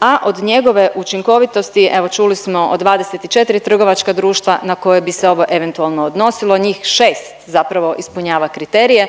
a od njegove učinkovitosti evo čuli smo od 24 trgovačka društva na koje bi se ovo eventualno odnosilo njih 6 zapravo ispunjava kriterije.